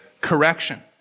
correction